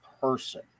person